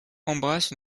embrasse